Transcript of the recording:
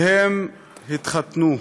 והם התחתנו.